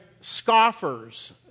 scoffers